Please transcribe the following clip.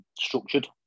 structured